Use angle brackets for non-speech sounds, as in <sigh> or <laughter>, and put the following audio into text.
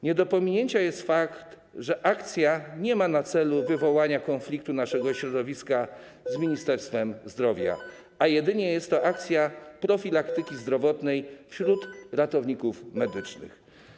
Nie do pominięcia jest fakt, że akcja nie ma na celu <noise> wywołania konfliktu naszego środowiska z Ministerstwem Zdrowia, a jedynie jest to akcja profilaktyki zdrowotnej wśród ratowników medycznych.